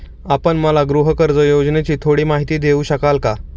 आपण मला गृहकर्ज योजनेची थोडी माहिती देऊ शकाल का?